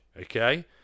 okay